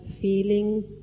feeling